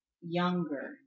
younger